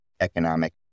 economic